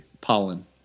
Pollen